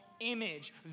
Image